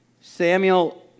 Samuel